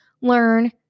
learn